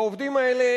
העובדים האלה